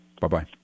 Bye-bye